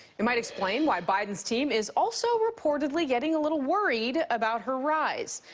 it might explain why biden's team is also reportedly getting a little worried about her rise.